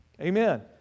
Amen